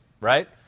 right